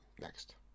Next